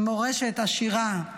עם מורשת עשירה,